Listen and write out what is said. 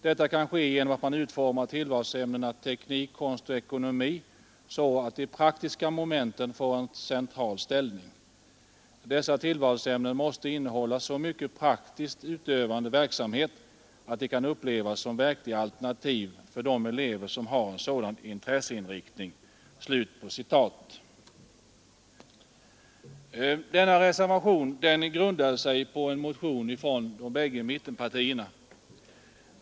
Detta kan ske genom att man utformar tillvalsämnena teknik, konst och ekonomi så att de praktiska momenten får en central ställning. Dessa tillvalsämnen måste innehålla så mycket praktiskt utövande verksamhet att de kan upplevas som verkliga alternativ för de elever som har en sådan intresseinriktning.” Denna reservation grundade sig på en motion från de båda mittenpartierna.